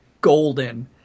golden